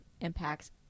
impacts